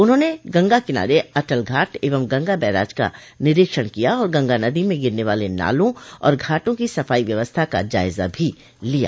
उन्होंने गंगा किनारे अटल घाट एवं गंगा बैराज का निरीक्षण किया और गंगा नदी में गिरने वाले नालों और घाटों की सफाई व्यवस्था का जायजा भी लिया